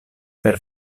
per